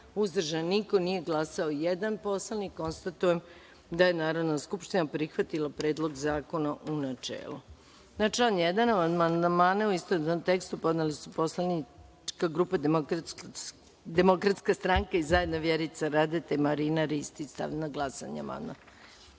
uzdržanih – nema, nije glasao jedan poslanik. Konstatujem da je Narodna skupština prihvatila Predlog zakona u načelu. Na član 1. amandmane u istovetnom tekstu podneli su poslanička grupa Demokratska stranka i zajedno Vjerica Radeta i Marina Ristić. Stavljam na glasanje ovaj